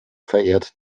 verehrt